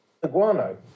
guano